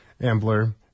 Ambler